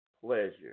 pleasure